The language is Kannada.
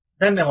ಧನ್ಯವಾದಗಳು